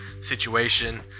situation